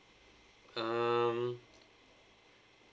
um